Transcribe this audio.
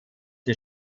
die